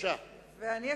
אדוני היושב-ראש,